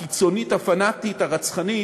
הקיצונית, הפנאטית, הרצחנית,